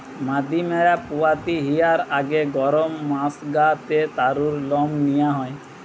মাদি ম্যাড়া পুয়াতি হিয়ার আগে গরম মাস গা তে তারুর লম নিয়া হয়